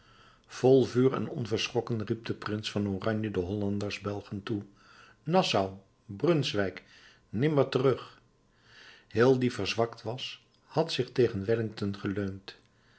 vol vuur en onverschrokken riep de prins van oranje den hollanders belgen toe nassau brunswijk nimmer terug hill die verzwakt was had zich tegen wellington geleund